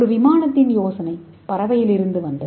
ஒரு விமானத்தின் யோசனை பறவையிலிருந்து வந்தது